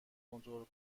کنترل